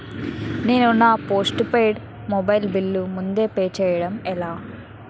నేను నా postpaid mobile bill ముందే పే చేయడం ఎలా?